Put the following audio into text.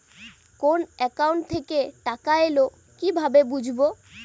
কোন একাউন্ট থেকে টাকা এল কিভাবে বুঝব?